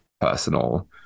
personal